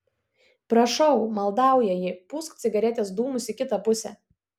prašau maldauja ji pūsk cigaretės dūmus į kitą pusę